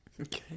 Okay